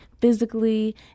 physically